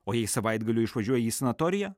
o jei savaitgaliui išvažiuoja į sanatoriją